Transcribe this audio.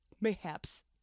mayhaps